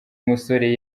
musore